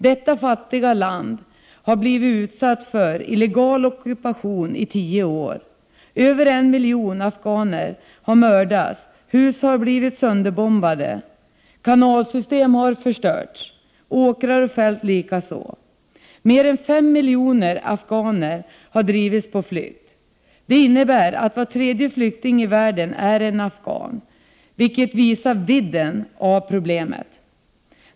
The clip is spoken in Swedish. Det fattiga Afghanistan har blivit utsatt för illegal ockupation i tio år, över en miljon afghaner har mördats, hus har blivit sönderbombade, kanalsystem har förstörts, åkrar och fält likaså. Mer än fem miljoner afghaner har drivits på flykt. Det innebär att var tredje flykting i världen är en afghan, vilket visar vidden av problemet.